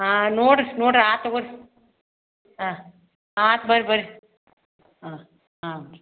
ಹಾಂ ನೋಡಿರಿ ನೋಡಿರಿ ಆಯ್ತ್ ತೊಗೋರಿ ಹಾಂ ಆಯ್ತ್ ಬರ್ರಿ ಬನ್ರಿ ಹಾಂ ಹಾಂ ರೀ